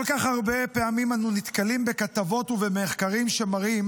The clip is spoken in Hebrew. כל כך הרבה פעמים אנו נתקלים בכתבות ובמחקרים שמראים